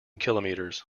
kilometres